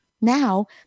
Now